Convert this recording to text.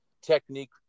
technique